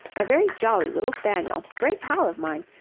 a very jolly little spaniel. great pal of mine.